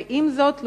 ועם זאת,